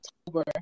October